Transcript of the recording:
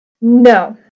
No